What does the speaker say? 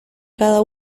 cada